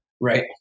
Right